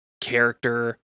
character